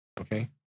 okay